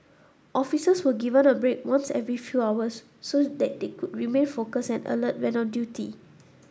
officers were given a break once every few hours so that they could remain focused and alert when on duty